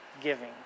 giving